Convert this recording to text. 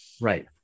Right